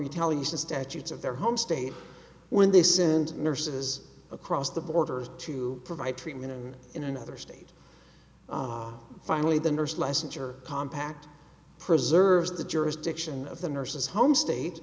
retaliation statutes of their home state when they send nurses across the border to provide treatment and in another state finally the nurse licensure compact preserves the jurisdiction of the nurse's home state